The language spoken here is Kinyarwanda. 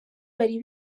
bari